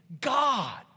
God